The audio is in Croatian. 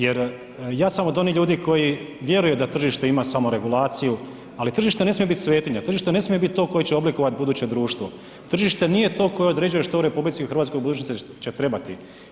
Jer ja sam od onih ljudi koji vjeruje da tržište ima samo regulaciju ali tržište ne smije biti svetinja, tržište ne smije biti to koje će oblikovati buduće društvo, tržište nije to koje određuje što u RH u budućnosti će trebati.